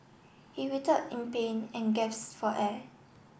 he writhed in pain and gasp for air